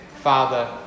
Father